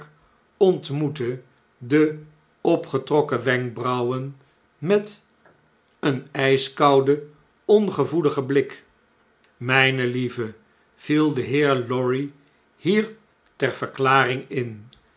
ontmoette de opgetrokken wenkbrauwen met een ijskouden ongevoeligen blik mn'ne lieve viel de heer lorry hier ter verklaring in